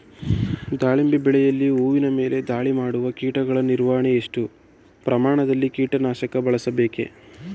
ದಾಳಿಂಬೆ ಬೆಳೆಯಲ್ಲಿ ಹೂವಿನ ಮೇಲೆ ದಾಳಿ ಮಾಡುವ ಕೀಟಗಳ ನಿರ್ವಹಣೆಗೆ, ಎಷ್ಟು ಪ್ರಮಾಣದಲ್ಲಿ ಕೀಟ ನಾಶಕ ಬಳಸಬೇಕು?